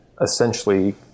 essentially